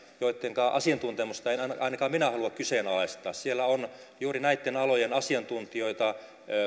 joittenka asiantuntemusta en ainakaan minä halua kyseenalaistaa siellä on juuri näitten alojen asiantuntijoita